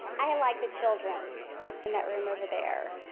i like the children in that room over there.